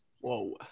Whoa